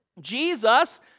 Jesus